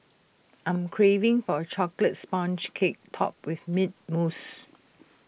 I am craving for A Chocolate Sponge Cake Topped with Mint Mousse